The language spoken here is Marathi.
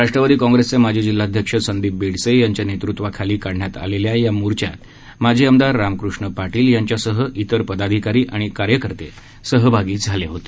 राष्ट्रवादी काँग्रेसचे माजी जिल्हाध्यक्ष संदीप बेडसे यांच्या नेतत्वाखाली काढण्यात आलेल्या या आक्रोश मोर्चात माजी आमदार रामकृष्ण पाटील यांच्यासह पदाधिकारी आणि कार्यकर्ते मोठ्या संख्येनं सहभा ी झाले होते